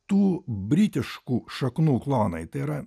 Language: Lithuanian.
tų britiškų šaknų klonai tai yra